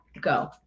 go